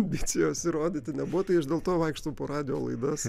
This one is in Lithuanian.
ambicijos įrodyta nebuvo tai aš dėl to vaikštau po radijo laidas